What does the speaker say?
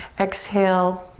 exhale,